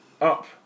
up